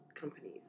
companies